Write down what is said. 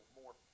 more